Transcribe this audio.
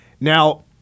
Now